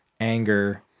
Anger